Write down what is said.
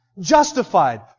justified